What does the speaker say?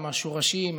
עם השורשים,